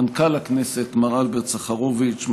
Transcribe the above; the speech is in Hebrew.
מנכ"ל הכנסת מר אלברט סחרוביץ,